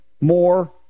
more